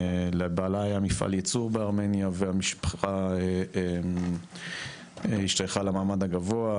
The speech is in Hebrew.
לבעלה היה מפעל ייצור בארמניה והמשפחה השתייכה למעמד הגבוה,